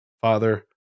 Father